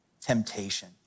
temptation